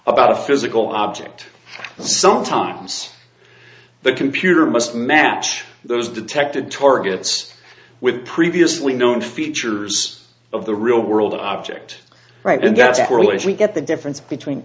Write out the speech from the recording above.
about a physical object sometimes the computer must match those detected targets with previously known features of the real world object right and that's where would we get the difference between